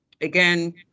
again